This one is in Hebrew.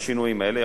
השינויים האלה,